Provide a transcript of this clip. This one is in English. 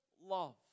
love